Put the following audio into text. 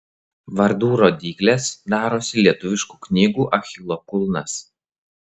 vardų rodyklės darosi lietuviškų knygų achilo kulnas